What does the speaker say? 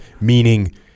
meaning